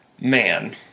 man